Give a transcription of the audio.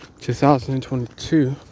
2022